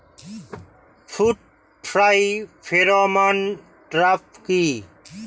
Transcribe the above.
Fruit fly pheromone trap কি?